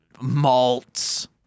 malts